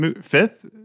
fifth